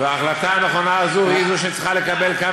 וההחלטה הנכונה הזאת היא שצריכה להתקבל כאן,